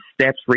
steps